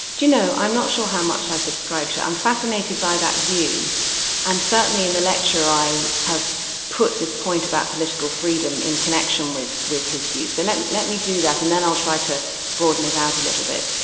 do you know, i'm not sure how much i subscribe to it. i'm fascinated by that view and certainly in the lecture i have put this point about political freedom in connection with with his views. so let let me do that, and then i'll try to broaden it out a little bit.